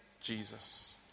Jesus